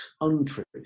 untruth